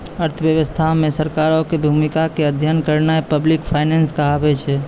अर्थव्यवस्था मे सरकारो के भूमिका के अध्ययन करनाय पब्लिक फाइनेंस कहाबै छै